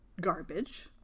garbage